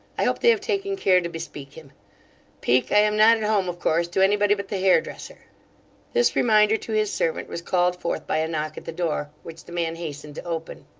i hope they have taken care to bespeak him peak, i am not at home, of course, to anybody but the hairdresser this reminder to his servant was called forth by a knock at the door, which the man hastened to open.